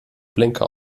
blinker